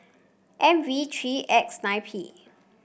M V three X nine P